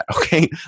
Okay